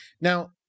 Now